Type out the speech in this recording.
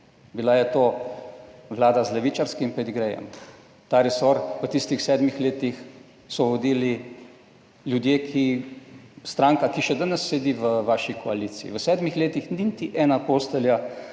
bila je to Vlada z levičarskim pedigrejem. Ta resor v tistih sedmih letih, so vodili ljudje, ki stranka, ki še danes sedi v vaši koaliciji, v sedmih letih ni niti ena postelja